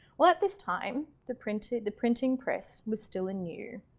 well at this time, the printed the printing press was still a new